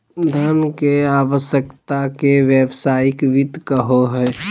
धन के आवश्यकता के व्यावसायिक वित्त कहो हइ